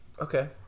Okay